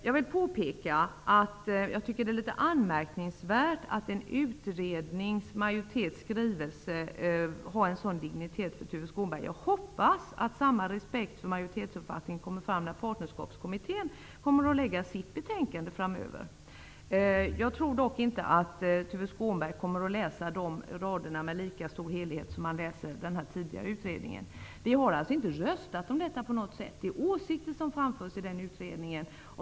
Jag tycker att det är litet anmärkningsvärt att majoritetens skrivelse i en utredning har en sådan dignitet för Tuve Skånberg. Jag hoppas att samma respekt för majoritetsuppfattningen kommer fram när Partnerskapskommittén lägger fram sitt betänkande framöver. Jag tror dock inte att Tuve Skånberg kommer att läsa de raderna på samma sätt som han har läst den här utredningen. Det är bara åsikter som framförs i den här utredningen -- vi har inte röstat.